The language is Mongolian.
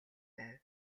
байв